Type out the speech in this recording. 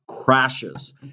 crashes